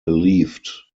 believed